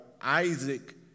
Isaac